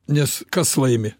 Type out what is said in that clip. nes kas laimi